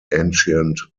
ancient